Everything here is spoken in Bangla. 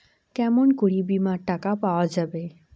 কেমন করি বীমার টাকা পাওয়া যাবে?